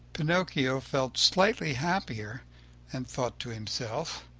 pinocchio felt slightly happier and thought to himself